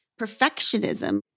perfectionism